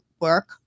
work